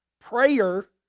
prayer